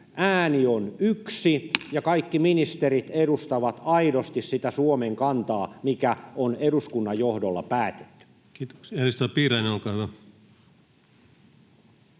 koputtaa] ja kaikki ministerit edustavat aidosti sitä Suomen kantaa, mikä on eduskunnan johdolla päätetty? Kiitoksia. — Edustaja Piirainen, olkaa hyvä.